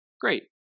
Great